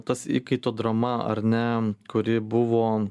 tas įkaito drama ar ne kuri buvo